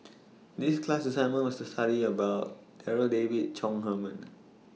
This class assignment was study about Darryl David Chong Heman